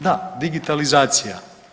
Da, digitalizacija.